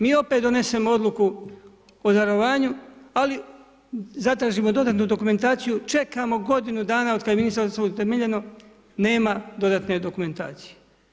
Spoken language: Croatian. Mi opet donesemo odluku o darovanju, ali zatražimo dodatnu dokumentaciju, čekamo godinu dana od kad je Ministarstvo utemeljeno, nema dodatne dokumentacije.